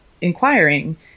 inquiring